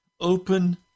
Open